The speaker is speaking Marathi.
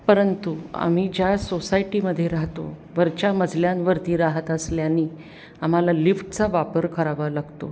परंतु आम्ही ज्या सोसायटीमध्ये राहतो वरच्या मजल्यांवरती राहत असल्याने आम्हाला लिफ्टचा वापर करावा लागतो